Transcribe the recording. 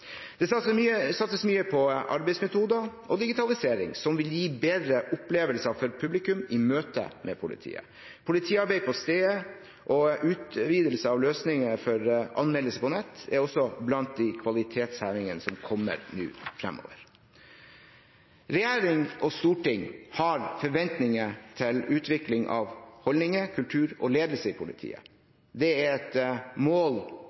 satses mye på arbeidsmetoder og digitalisering, som vil gi bedre opplevelser for publikum i møte med politiet. Politiarbeid på stedet og utvidelse av løsninger for anmeldelse på nett er også blant de kvalitetshevingstiltakene som kommer nå framover. Regjering og storting har forventninger til utvikling av holdninger, kultur og ledelse i politiet. Det er et mål